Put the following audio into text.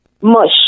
mush